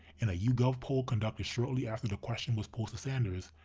in a yougov poll conducted shortly after the question was posed to sanders,